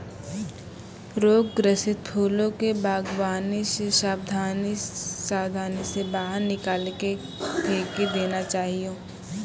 रोग ग्रसित फूलो के वागवानी से साबधानी से बाहर निकाली के फेकी देना चाहियो